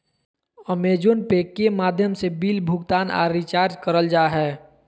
अमेज़ोने pay के माध्यम से बिल भुगतान आर रिचार्ज करल जा हय